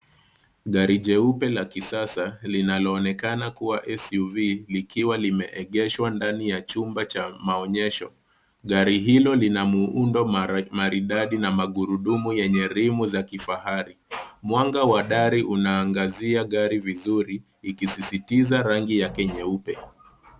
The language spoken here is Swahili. Gari jeupe la kisasa linaloonekana kama SUV likiwa limeegeshwa ndani ya chumba cha maonyesho. Gari hilo lina muundo maridadi na magurudumu yenye ream za kifahari. Mwanga wa dari unaangazia gari vizuri ikisisitiza rangi yake nyeupe.